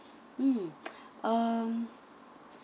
mm um